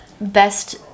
best